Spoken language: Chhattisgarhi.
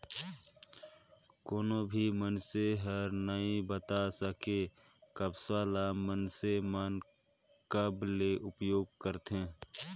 कोनो भी मइनसे हर नइ बता सके, कपसा ल मइनसे मन कब ले उपयोग करथे